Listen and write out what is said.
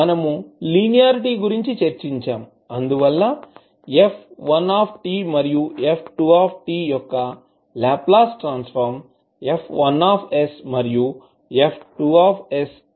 మనము లీనియారిటీ గురించి చర్చించాము అందువల్ల f1 మరియు f2 యొక్క లాప్లేస్ ట్రాన్సఫార్మ్ F1 మరియు F2 అని నిరూపించాము